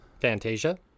Fantasia